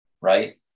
right